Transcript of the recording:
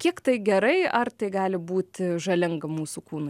kiek tai gerai ar tai gali būti žalinga mūsų kūnui